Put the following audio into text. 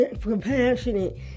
compassionate